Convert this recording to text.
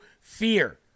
fear